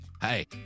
Hey